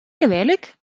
كذلك